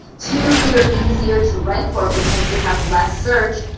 two, they are easier to rank for because they have less search,